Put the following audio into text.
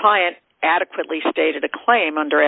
client adequately stated the claim under